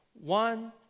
One